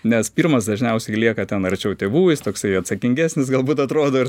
nes pirmas dažniausiai lieka ten arčiau tėvų jis toksai atsakingesnis galbūt atrodo ir